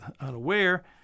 unaware